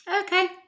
Okay